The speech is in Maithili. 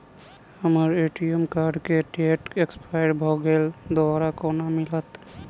हम्मर ए.टी.एम कार्ड केँ डेट एक्सपायर भऽ गेल दोबारा कोना मिलत?